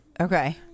Okay